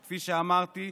כפי שאמרתי,